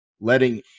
letting